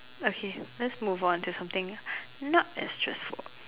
okay let's move on to something not as stressful